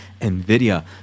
NVIDIA